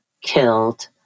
killed